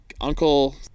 uncle